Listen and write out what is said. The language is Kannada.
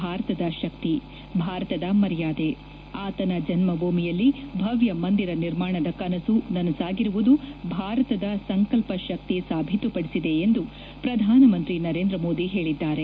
ಭಾರತದ ಶಕ್ತಿ ಭಾರತದ ಮರ್ಯಾದೆ ಆತನ ಜನ್ನಭೂಮಿಯಲ್ಲಿ ಭವ್ನ ಮಂದಿರ ನಿರ್ಮಾಣದ ಕನಸು ನನಸಾಗಿರುವುದು ಭಾರತದ ಸಂಕಲ್ಸ ಶಕ್ತಿ ಸಾಬೀತುಪದಿಸಿದೆ ಎಂದು ಪ್ರಧಾನಮಂತ್ರಿ ನರೇಂದ ಮೋದಿ ಹೇಳಿದ್ದಾರೆ